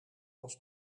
als